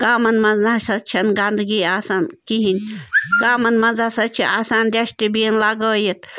گامَن منٛز نہ سا چھَنہٕ گنٛدگی آسان کِہیٖنۍ گامَن مَنٛز ہَسا چھِ آسان ڈٮ۪سٹبیٖن لَگٲیِتھ